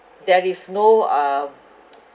there is no uh